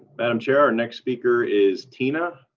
madam chair our next speaker is tina.